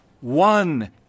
One